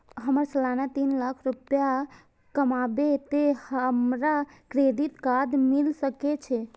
हमर सालाना तीन लाख रुपए कमाबे ते हमरा क्रेडिट कार्ड मिल सके छे?